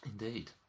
Indeed